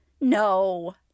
No